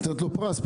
נתת לו פרס.